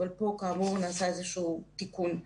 אבל פה כאמור נעשה איזשהו תיקון,